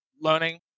learning